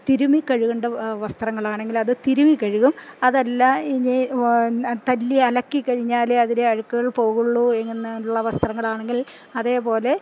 തിരുമ്മിക്കഴുകേണ്ട വസ്ത്രങ്ങളാണെങ്കിലത് തിരുമ്മി കഴുകും അതല്ല ഇനി തല്ലിയലക്കി കഴിഞ്ഞാലേ അതിലെ അഴുക്കുകൾ പോകുകയുള്ളൂ എന്നുള്ള വസ്ത്രങ്ങളാണെങ്കിൽ അതേപോലെ